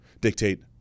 Dictate